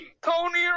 Tony